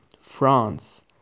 France